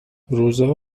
روزا